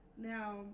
Now